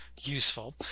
useful